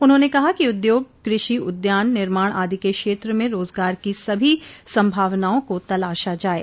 उन्होंने कहा कि उद्योग कृषि उद्यान निर्माण आदि के क्षेत्र में रोजगार की सभी सम्भावनाओं को तलाशा जाये